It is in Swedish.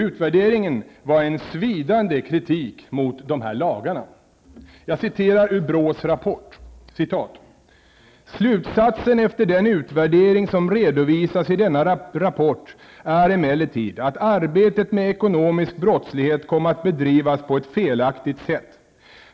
Utvärderingen var en svidande kritik mot de här lagarna. I BRÅs rapport sägs följande: ''Slutsatsen efter den utvärdering som redovisas i denna rapport är emellertid att arbetet med ekonomisk brottslighet kom att bedrivas på ett felaktigt sätt.